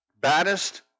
baddest